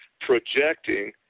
projecting